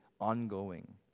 ongoing